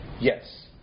Yes